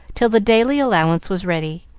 till the daily allowance was ready.